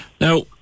Now